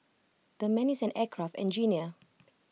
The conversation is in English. the man is an aircraft engineer